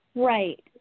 Right